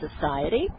Society